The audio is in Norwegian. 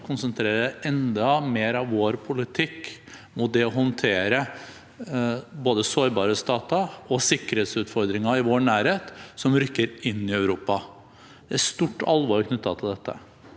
konsentrere enda mer av vår politikk mot det å håndtere både sårbare stater og sikkerhetsutfordringer i vår nærhet som rykker inn i Europa. Det er stort alvor knyttet til dette.